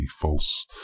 false